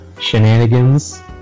shenanigans